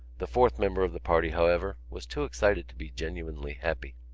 the fourth member of the party, however, was too excited to be genuinely happy.